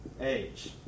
age